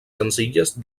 senzilles